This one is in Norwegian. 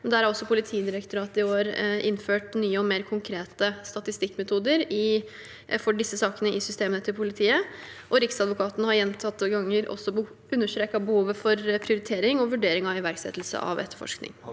der har Politidirektoratet i år innført nye og mer konkrete statistikkmetoder for disse sakene i systemene til politiet, og Riksadvokaten har gjentatte ganger også understreket behovet for prioritering og vurdering av iverksettelse av etterforskning.